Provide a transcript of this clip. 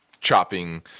chopping